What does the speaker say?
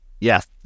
Yes